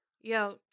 yo